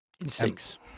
Instincts